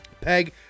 peg